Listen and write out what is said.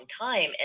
time